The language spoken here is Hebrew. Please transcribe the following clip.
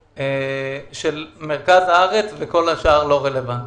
של מרכז הארץ וכל השאר לא רלוונטי.